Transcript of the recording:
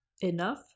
Enough